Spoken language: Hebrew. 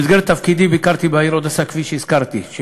במסגרת תפקידי ביקרתי בעיר אודסה שבאוקראינה,